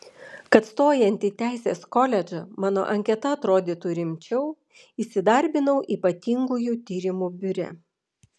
kad stojant į teisės koledžą mano anketa atrodytų rimčiau įsidarbinau ypatingųjų tyrimų biure